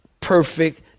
perfect